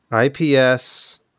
IPS